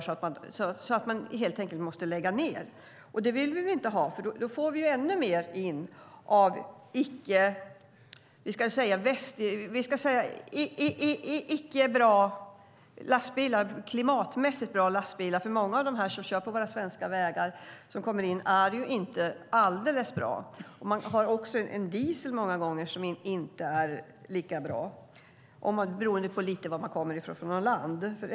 Då måste man helt enkelt lägga ned verksamheten. Det vill vi inte, för då får vi in ännu fler lastbilar som inte är bra klimatmässigt. Många av de lastbilar som kommer in i landet och som kör på våra svenska vägar är inte alldeles bra. De använder ofta en diesel som inte är så bra, lite beroende på vilket land de kommer från.